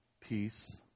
Peace